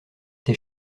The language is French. tes